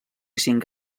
cinc